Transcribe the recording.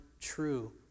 true